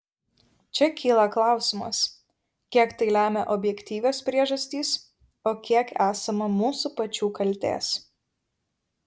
čia kyla klausimas kiek tai lemia objektyvios priežastys o kiek esama mūsų pačių kaltės